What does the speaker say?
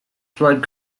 flood